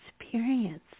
experience